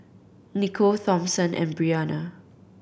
Nicole Thompson and Brianna